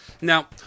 Now